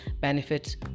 benefits